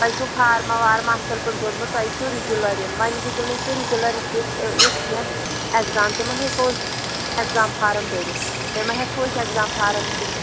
تۄہہِ چھُو فارما وارما اَصٕل پٲٹھۍ بوٚرمُت تۄہہِ چھُو رِگیوٗلَر یُن وۅنۍ ہیٚکِو نہٕ تُہۍ رِگیوٗلَر دِتھ یِتھ کیٚنٛہہ ایٚگزام تہِ ما ہیٚکو أسۍ ایٚکزام فارم بٔرِتھ تُہۍ ما ہٮ۪کہو أسۍ اٮ۪کزام فارم